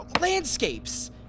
landscapes